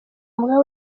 mbwa